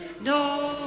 no